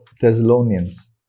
Thessalonians